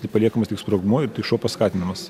tik paliekamas tik sprogmuo ir tik šuo paskatinamas